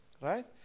right